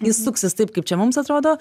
jis suksis taip kaip čia mums atrodo